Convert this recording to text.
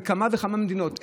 בכמה וכמה מדינות,